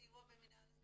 הסיוע במינהל הסטודנטים.